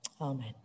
Amen